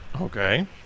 Okay